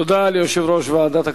תודה ליושב-ראש ועדת הכלכלה,